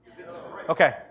Okay